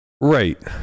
Right